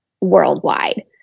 worldwide